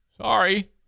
Sorry